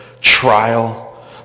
trial